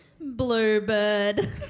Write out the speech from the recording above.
Bluebird